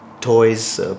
toys